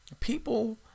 people